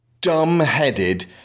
dumb-headed